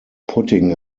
putting